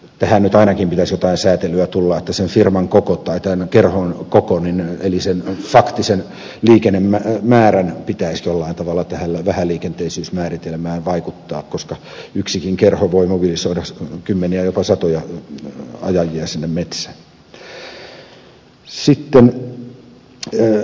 tähän nyt ainakin pitäisi jotain säätelyä tulla että sen firman tai kerhon koko eli sen faktisen liikennemäärän pitäisi jollain tavalla vähäliikenteisyysmääritelmään vaikuttaa koska yksikin kerho voi mobilisoida kymmeniä jopa satoja ajajia sinne metsään